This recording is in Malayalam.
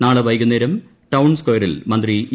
നാളെ വൈകുന്നേരം ഠൌൺ സ്കയറിൽ മന്ത്രി ഇ